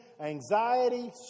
anxiety